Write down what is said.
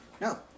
no